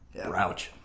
Rouch